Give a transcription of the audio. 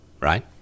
right